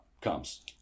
comes